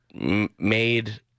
made